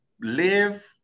live